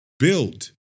Build